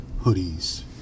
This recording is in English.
hoodies